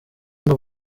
ngo